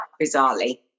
bizarrely